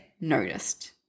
noticed